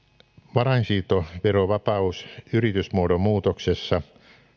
varainsiirtoverovapaus yritysmuodon muutoksessa